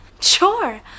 Sure